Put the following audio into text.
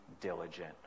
diligent